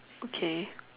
okay